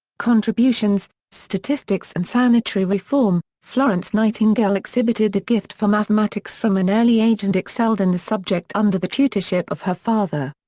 contributions statistics and sanitary reform florence nightingale exhibited a gift for mathematics from an early age and excelled in the subject under the tutorship of her father.